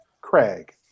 Craig